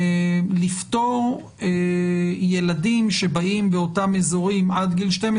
לפטור ילדים שבאים מאותם אזורים עד גיל 12